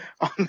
on